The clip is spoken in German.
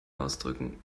ausdrücken